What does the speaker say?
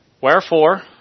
Wherefore